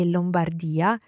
Lombardia